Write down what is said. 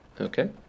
okay